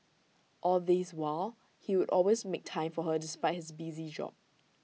all this while he would always make time for her despite his busy job